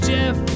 Jeff